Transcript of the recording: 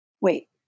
wait